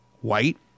white